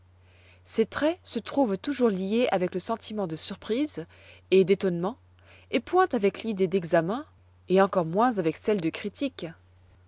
ces traits se trouvent toujours liés avec le sentiment de surprise et d'étonnement et point avec l'idée d'examen et encore moins avec celle de critique